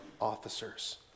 officers